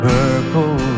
Purple